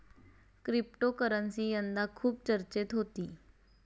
cryptocurrency यंदा खूप चर्चेत होती